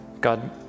God